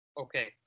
Okay